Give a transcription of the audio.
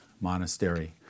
monastery